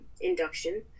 induction